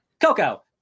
coco